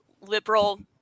liberal